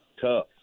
tough